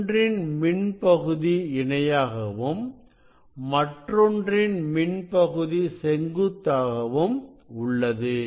ஒன்றின் மின் பகுதி இணையாகவும் மற்றொன்றின் பின்பகுதி செங்குத்தாகவும் உள்ளது